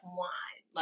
wine